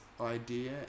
idea